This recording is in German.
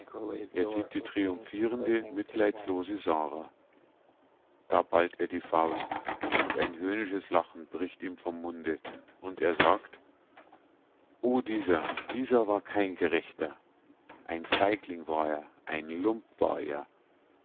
er sieht die triumphierende mitleidslose sara da ballt er die faust und ein höhnisches lachen bricht ihm vom munde und er sagt o dieser dieser war kein gerechter ein feigling war er ein lump war er